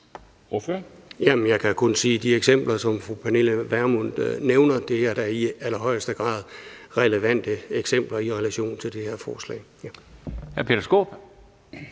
Jeg kan kun sige, at de eksempler, som fru Pernille Vermund nævner, da i allerhøjeste grad er relevante eksempler i relation til det her forslag.